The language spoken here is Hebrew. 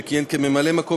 שכיהן כממלא-מקום,